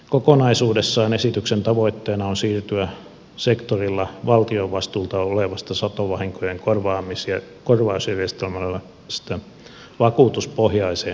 kokonaisuudessaan esityksen tavoitteena on siirtyä sektorilla valtion vastuulta olevasta satovahinkojen korvausjärjestelmästä vakuutuspohjaiseen järjestelmään